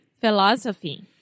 Philosophy